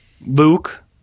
Luke